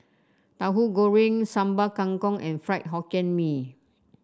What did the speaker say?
Tahu Goreng Sambal Kangkong and Fried Hokkien Mee